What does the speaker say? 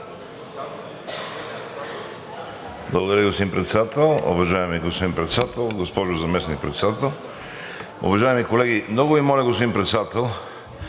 Благодаря Ви, господин Председател. Уважаеми господин Председател, госпожо Заместник-председател, уважаеми колеги! Много Ви моля, господин Председател,